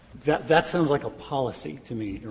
that that sounds like a policy to me, your